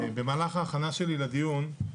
במהלך ההכנה שלי לדיון,